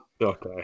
Okay